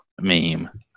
meme